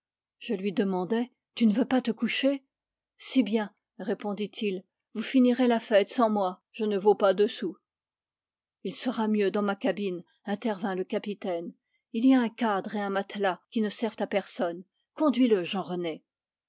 je lui demandai tu ne veux pas te coucher si bien répondit-il vous finirez la fête sans moi je ne vaux pas deux sous il sera mieux dans ma cabine intervint le capitaine il y a un cadre et un matelas qui ne servent à personne